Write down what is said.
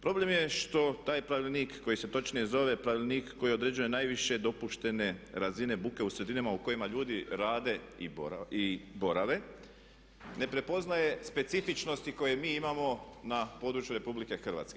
Problem je što taj pravilnik koji se točnije zove Pravilnik koji određuje najviše dopuštene razine buke u sredinama u kojima ljudi rade i borave, ne prepoznaje specifičnosti koje mi imamo na području RH.